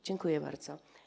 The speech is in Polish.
Dziękuję bardzo.